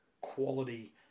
quality